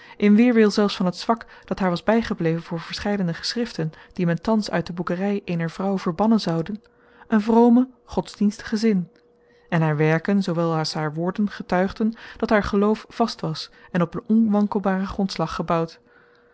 in weêrwil zelfs van het zwak dat haar was bijgebleven voor verscheidene geschriften die men thans uit de boekerij eener vrouw verbannen zoude een vromen godsdienstigen zin en haar werken zoowel als haar woorden getuigden dat haar geloof vast was en op een onwankelbaren grondslag gebouwd